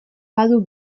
badu